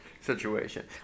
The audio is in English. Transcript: situation